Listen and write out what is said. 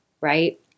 right